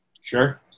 Sure